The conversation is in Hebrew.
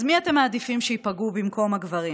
אז מי אתם מעדיפים שייפגעו במקום הגברים?